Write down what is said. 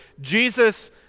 Jesus